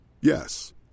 Yes